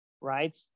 right